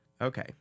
Okay